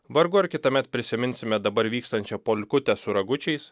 vargu ar kitąmet prisiminsime dabar vykstančią polkutę su ragučiais